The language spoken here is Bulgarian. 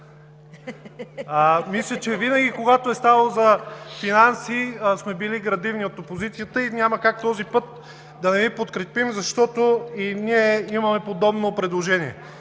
Мисля, че винаги, когато е ставало въпрос за финанси, сме били градивни от опозицията и няма как този път да не Ви подкрепим, защото и ние имаме подобно предложение.